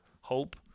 hope